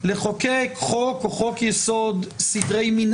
לפי דעתי ולא רק בדברי ההסבר.